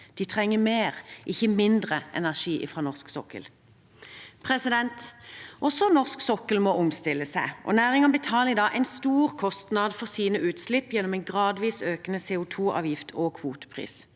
De trenger mer, ikke mindre energi fra norsk sokkel. Også norsk sokkel må omstille seg, og næringen betaler i dag en stor kostnad for sine utslipp gjennom en gradvis økende CO2-avgift og kvotepris.